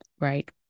right